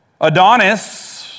Adonis